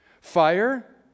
fire